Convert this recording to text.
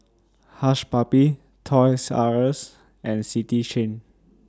Hush Puppies Toys R US and City Chain